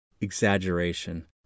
exaggeration